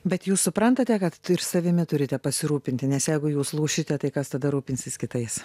bet jūs suprantate kad ir savimi turite pasirūpinti nes jeigu jūs lūšite tai kas tada rūpinsis kitais